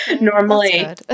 Normally